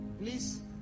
Please